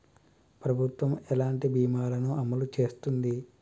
ప్రభుత్వం ఎలాంటి బీమా ల ను అమలు చేస్తుంది?